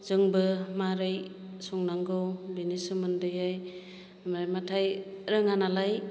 जोंबो माबोरै संनांगौ बेनि सोमोन्दोयै माबाथाय रोङा नालाय